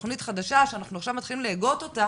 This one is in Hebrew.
תוכנית חדשה שעכשיו אנחנו מתחילים להגות אותה